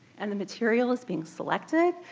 and the material is being selected,